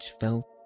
felt